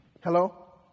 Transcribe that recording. Hello